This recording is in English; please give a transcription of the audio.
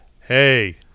Hey